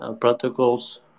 protocols